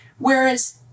Whereas